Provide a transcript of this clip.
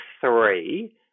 three